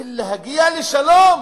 ובשביל להגיע לשלום,